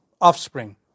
offspring